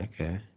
Okay